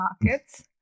markets